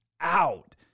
out